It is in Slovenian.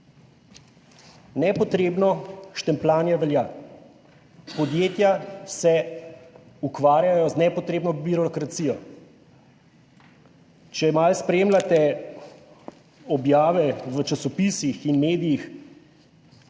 Nepotrebno štempljanje velja. Podjetja se ukvarjajo z nepotrebno birokracijo. Če malo spremljate objave v časopisih in medijih,